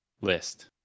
list